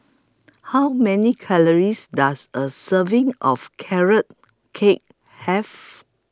How Many Calories Does A Serving of Carrot Cake Have